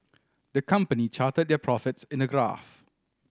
the company charted their profits in a graph